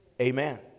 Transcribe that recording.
Amen